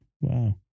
Wow